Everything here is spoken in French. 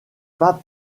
pas